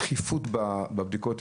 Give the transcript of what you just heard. אנחנו הרי יודעים מה הדחיפות בבדיקות האלה.